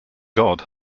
god